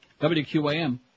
WQAM